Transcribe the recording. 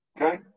Okay